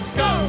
go